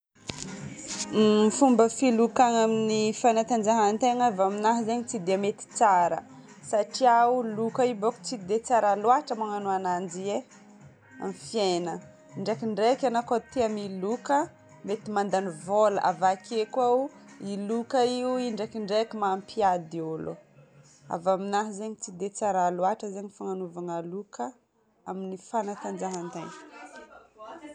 Ny fomba filokana amin'ny fanatanjahan-tegna avy amina zegny tsy dia mety tsara. Satria loka io boko tsy dia tsara loatra magnano ananjy ie amin'ny fiainana. Ndraikidraiky anao koa tia miloka, mety mandany vôla. Avake koa ny loka io ndraikindraiky mampiady olo. Avy aminà zegny tsy dia tsara loatra fagnanovagna loka amin'ny fanatanjahan-tegna.